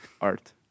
art